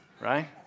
right